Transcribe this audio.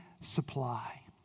supply